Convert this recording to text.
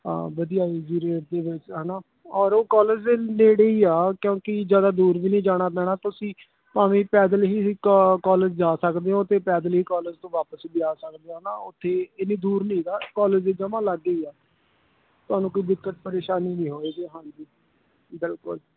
ਹਾਂ ਵਧੀਆ P G rate ਦੇ ਵਿੱਚ ਹੈ ਨਾ ਔਰ ਉਹ ਕਾਲਜ ਦੇ ਨੇੜੇ ਹੀ ਆ ਕਿਉਂਕਿ ਜ਼ਿਆਦਾ ਦੂਰ ਵੀ ਨਹੀਂ ਜਾਣਾ ਪੈਣਾ ਤੁਸੀਂ ਭਾਵੇਂ ਪੈਦਲ ਹੀ ਕਾ ਕਾਲਜ ਜਾ ਸਕਦੇ ਹੋ ਅਤੇ ਪੈਦਲ ਹੀ ਕਾਲਜ ਤੋਂ ਵਾਪਸ ਵੀ ਆ ਸਕਦੇ ਹੈ ਨਾ ਉੱਥੇ ਇੰਨੀ ਦੂਰ ਨਹੀਂ ਗਾ ਕਾਲਜ ਦੇ ਜਮਾਂ ਲਾਗੇ ਹੀ ਆ ਤੁਹਾਨੂੰ ਕੋਈ ਦਿੱਕਤ ਪਰੇਸ਼ਾਨੀ ਨਹੀਂ ਹੋਏਗੀ ਹਾਂਜੀ ਬਿਲਕੁਲ